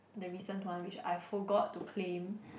the recent one which I forgot to claim